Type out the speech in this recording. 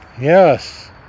Yes